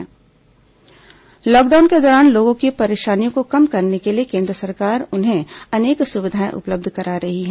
केन्द्र उज्जवला जन धन लॉकडाउन के दौरान लोगों की परेशानियों को कम करने के लिए केन्द्र सरकार उन्हें अनेक सुविधाएं उपलब्ध करा रही हैं